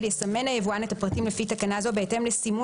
יסמן היבואן את הפרטים לפי תקנה זו בהתאם לסימון